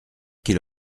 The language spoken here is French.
qu’il